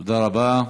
תודה רבה.